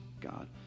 God